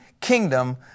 kingdom